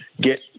get